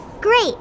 Great